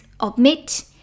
omit